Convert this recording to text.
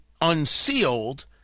unsealed